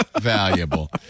valuable